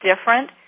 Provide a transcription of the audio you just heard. different